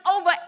over